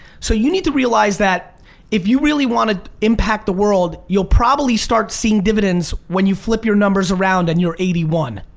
so you need to realize that if you really want to impact the world, you'll probably start seeing dividends when you flip your numbers around and you're eighty one,